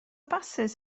basys